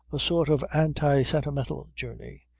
a sort of anti-sentimental journey.